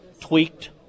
tweaked